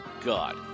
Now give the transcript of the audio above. God